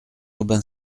aubin